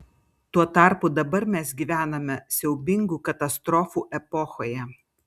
tuo tarpu dabar mes gyvename siaubingų katastrofų epochoje